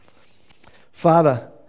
Father